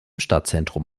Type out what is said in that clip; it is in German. stadtzentrum